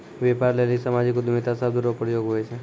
व्यापार लेली सामाजिक उद्यमिता शब्द रो प्रयोग हुवै छै